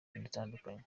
itandukanye